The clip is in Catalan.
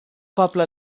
poble